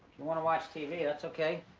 you wanna watch tv, that's okay.